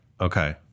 Okay